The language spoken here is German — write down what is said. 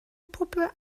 puppe